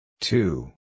Two